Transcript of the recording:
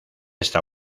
esta